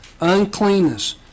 uncleanness